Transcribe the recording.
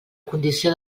condició